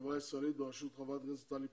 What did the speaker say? בחברה הישראלית בראשות חברת הכנסת טלי פלוסקוב.